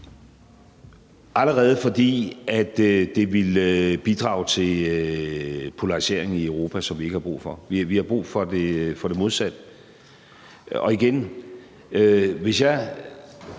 Fordi det ville bidrage til polarisering i Europa, hvilket vi ikke har brug for. Vi har brug for det modsatte. Og igen vil jeg